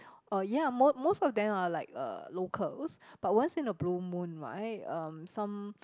oh ya most most of them are like uh locals but once in a blue moon right um some